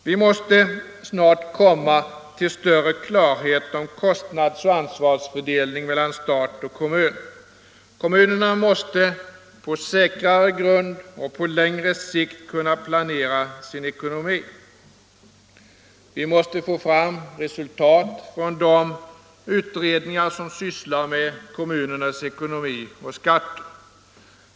Vi måste snart komma till större klarhet om kostnadsoch ansvarsfördelningen mellan stat och kommun. Kommunerna måste få säkrare grunder och på längre sikt kunna planera sin ekonomi. Vi måste få fram resultat från de utredningar som sysslar med kommunernas ekonomi och skatter.